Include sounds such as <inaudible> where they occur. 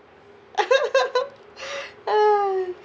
<laughs>